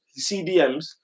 CDMs